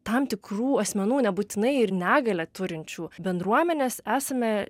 tam tikrų asmenų nebūtinai ir negalią turinčių bendruomenės esame